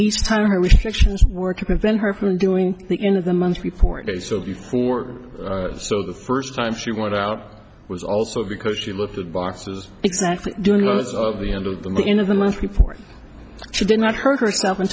time restrictions work to prevent her from doing the end of the month report day so before so the first time she went out was also because she looked at boxes exactly doing most of the end of the end of the month before she did not hurt herself